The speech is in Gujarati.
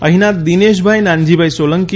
અહીના દિનેશભાઇ નાનજીભાઇ સોલંકી ઉ